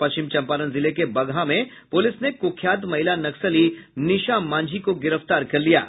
पश्चिमी चंपारण जिले के बगहा में पूलिस ने क्ख्यात महिला नक्सली निशा मांझी को गिरफ्तार कर लिया है